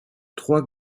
trois